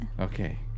Okay